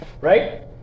Right